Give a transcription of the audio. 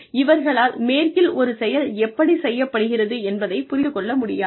ஆகவே இவர்களால் மேற்கில் ஒரு செயல் எப்படிச் செய்யப்படுகிறது என்பதைப் புரிந்து கொள்ள முடியாது